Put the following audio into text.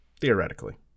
Theoretically